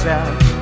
out